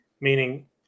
meaning